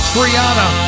Brianna